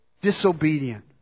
disobedient